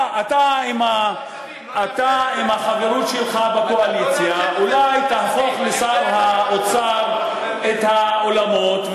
אתה עם החברות שלך בקואליציה אולי תהפוך לשר האוצר את העולמות,